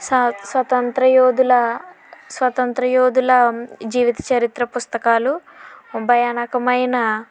స్వ స్వతంత్ర యోధుల స్వతంత్ర యోధుల జీవిత చరిత్ర పుస్తకాలు భయానకమైన